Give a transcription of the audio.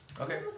Okay